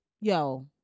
yo